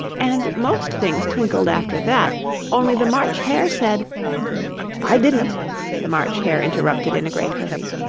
and most things twinkled after that only the march hare said i didn't the march hare interrupted in a great hurry.